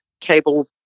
cable